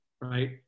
right